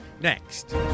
next